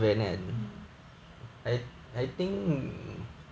mm